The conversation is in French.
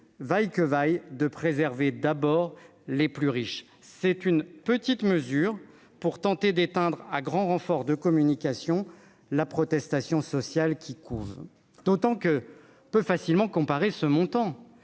vaille, celui-ci continue de préserver d'abord les plus riches et avance une petite mesure pour tenter d'éteindre, à grand renfort de communication, la protestation sociale qui couve. D'ailleurs, on peut facilement comparer ce montant